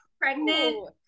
pregnant